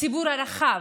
הציבור הרחב.